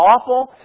awful